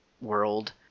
world